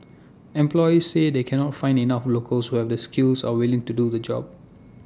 employers say they cannot find enough locals will the skills and are willing to do the jobs